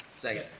second.